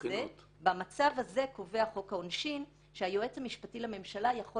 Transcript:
במצב הזה קובע חוק העונשין שהיועץ המשפטי לממשלה יכול